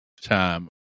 time